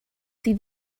sydd